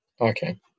Okay